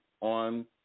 on